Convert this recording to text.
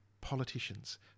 politicians